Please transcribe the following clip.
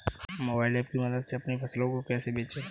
Mobile app की मदद से अपनी फसलों को कैसे बेचें?